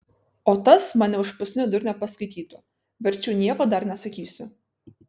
o tas mane už paskutinę durnę paskaitytų verčiau nieko dar nesakysiu